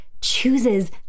chooses